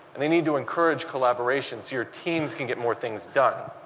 and they need to encourage collaboration to your teams can get more things done.